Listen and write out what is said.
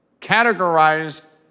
categorized